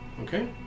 okay